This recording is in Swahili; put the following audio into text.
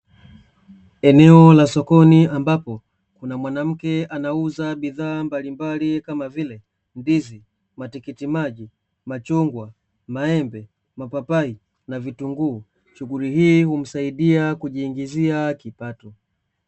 Eneo la sokoni ambapo kuna mwanamke anauza bidhaa mbalimbali kama vile; ndizi, matikiti maji, machungwa, maembe, mapapai, na vitunguu. Shughuli hii humsaidia kujiingizia kipato.